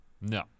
No